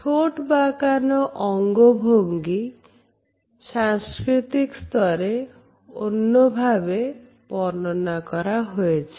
ঠোঁট বাঁকানো অঙ্গভঙ্গি সাংস্কৃতিক স্তরে অন্যভাবে বর্ণনা করা হয়েছে